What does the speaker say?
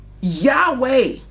Yahweh